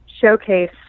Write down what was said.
showcase